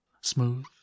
Smooth